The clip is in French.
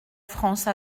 france